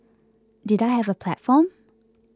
did I have a platform